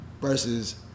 versus